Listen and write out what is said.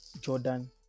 Jordan